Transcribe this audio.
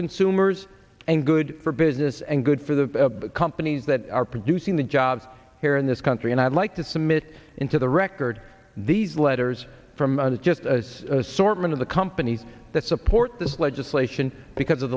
consumers and good for business and good for the companies that are producing the jobs here in this country and i'd like to submit into the record these letters from others just sort of the companies that support this legislation because of